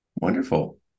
wonderful